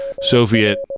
Soviet